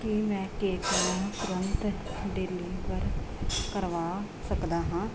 ਕੀ ਮੈਂ ਕੇਕ ਨੂੰ ਤੁਰੰਤ ਡਿਲੀਵਰ ਕਰਵਾ ਸਕਦਾ ਹਾਂ